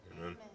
Amen